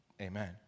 Amen